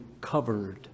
covered